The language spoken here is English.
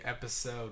Episode